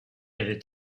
avaient